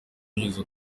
binyuze